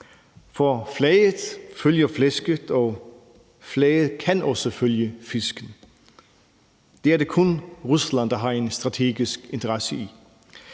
For flaget følger flæsket, og flaget kan også følge fisken. Det er det kun Rusland der har en strategisk interesse i.